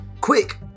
Quick